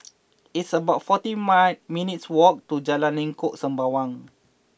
It's about forty nine minutes' walk to Jalan Lengkok Sembawang